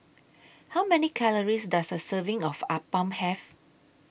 How Many Calories Does A Serving of Appam Have